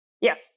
yes